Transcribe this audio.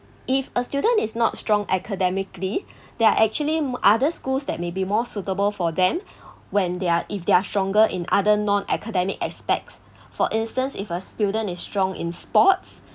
if a student is not strong academically there are actually other schools that may be more suitable for them when they're if they're stronger in other non academic aspects for instance if a student is strong in sports